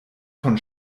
von